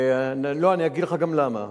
ואגיד לך גם למה: